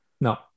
No